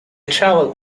traveled